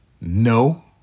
No